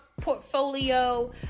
portfolio